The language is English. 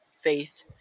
Faith